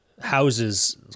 houses